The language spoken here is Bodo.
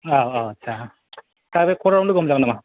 औ औ आटसा सार बे कर्टआव लोगो हमजागोन नामा